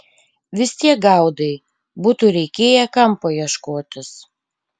vis tiek gaudai būtų reikėję kampo ieškotis